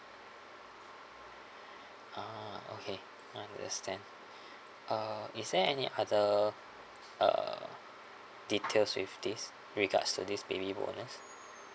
ah okay I understand uh is there any other uh details with this regards to this baby bonus